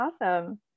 awesome